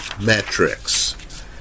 metrics